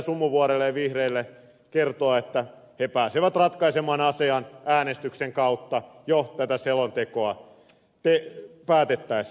sumuvuorelle ja vihreille kertoa että he pääsevät ratkaisemaan asian äänestyksen kautta jo tästä selonteosta päätettäessä